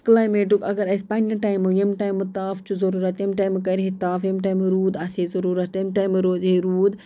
کٕلایمیٹُک اَگر اَسہِ پنٕنہِ ٹایمہٕ ییٚمہِ ٹایمہٕ تاپھ چھُ ضروٗرت تمہِ ٹایمہِٕ کرہے تاپھ ییٚمہِ ٹایمہٕ روٗد آسہِ ہے ضروٗرَت تَمہِ ٹایمہٕ روزِ ہے روٗد